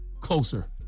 closer